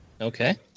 Okay